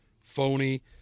phony